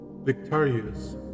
victorious